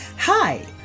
Hi